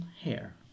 Hair